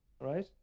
right